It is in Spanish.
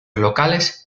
locales